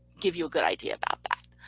give you a good idea about that.